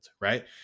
right